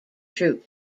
troupe